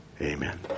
amen